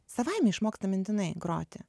savaime išmoksta mintinai groti